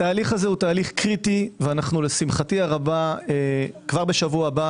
התהליך הזה קריטי ולשמחתי הרבה כבר בשבוע הבא